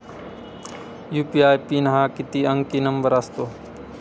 UPI PIN हा किती अंकी नंबर असतो?